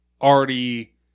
already